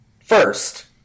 First